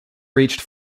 reached